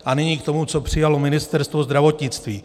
A nyní k tomu, co přijalo Ministerstvo zdravotnictví.